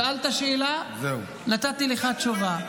שאלת שאלה, נתתי לך תשובה.